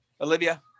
Olivia